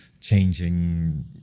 changing